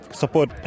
support